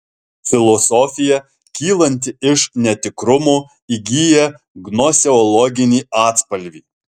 filosofija kylanti iš netikrumo įgyja gnoseologinį atspalvį